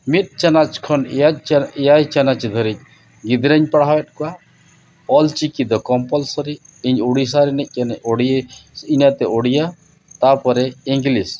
ᱢᱤᱫ ᱪᱟᱱᱟᱪ ᱠᱷᱚᱱ ᱮᱭᱟᱭ ᱪᱟᱱᱟᱪ ᱫᱷᱟᱹᱨᱤᱡ ᱜᱤᱫᱽᱨᱟᱹᱧ ᱯᱟᱲᱦᱟᱣᱮᱫ ᱠᱚᱣᱟ ᱚᱞᱪᱤᱠᱤ ᱫᱚ ᱠᱚᱢᱯᱟᱞᱥᱟᱹᱨᱤ ᱤᱧ ᱩᱲᱤᱥᱥᱟ ᱨᱮᱱᱤᱡ ᱠᱟᱹᱱᱟᱹᱧ ᱚᱱᱟᱛᱮ ᱩᱲᱤᱭᱟ ᱛᱟᱨᱯᱚᱨᱮ ᱤᱝᱞᱤᱥ